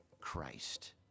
Christ